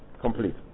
complete